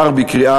נתקבל.